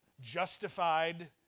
justified